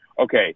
okay